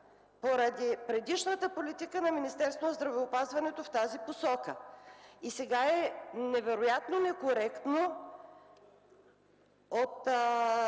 поради предишната политика на Министерството на здравеопазването в тази посока. Сега е невероятно некоректно от